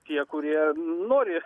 tie kurie nori